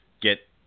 get